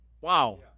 Wow